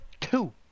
Two